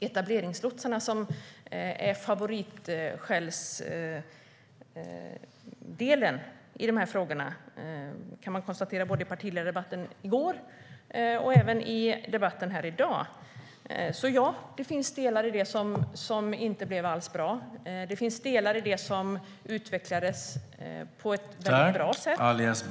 Etableringslotsarna har varit favoritskällsobjektet, kan man konstatera, både i gårdagens partiledardebatt och i dagens debatt. Ja, delar i detta blev inte alls bra. Men det finns också delar som utvecklats på ett väldigt bra sätt.